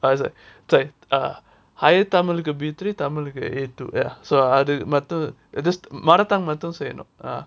I was like uh higher தமிழ்க்கு:tamilku B three தமிழ்க்கு:tamilku A two ya so அது மட்டும்:adhu mattum just mother tongue மட்டும் செய்யணும்:mattum seyyanum ah